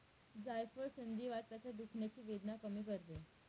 जायफळ संधिवाताच्या दुखण्याची वेदना कमी करते